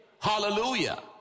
Hallelujah